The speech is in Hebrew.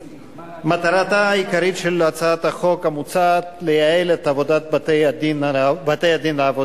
מטרתה העיקרית של הצעת החוק המוצעת היא לייעל את עבודת בתי-הדין לעבודה.